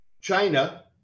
China